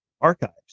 archives